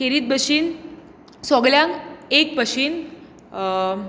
खेरीत भाशेन सगल्यांक एक भाशेन